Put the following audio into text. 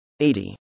80